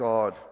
God